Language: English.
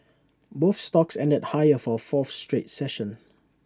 both stocks ended higher for A fourth straight session